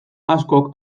askok